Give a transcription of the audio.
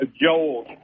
Joel